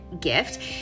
gift